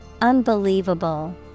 Unbelievable